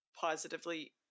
positively